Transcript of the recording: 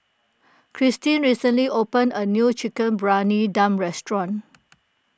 Christeen recently opened a new Chicken Briyani Dum restaurant